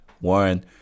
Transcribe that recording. One